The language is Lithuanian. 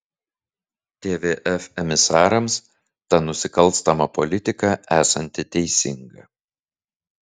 tvf emisarams ta nusikalstama politika esanti teisinga